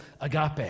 agape